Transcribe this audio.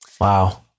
wow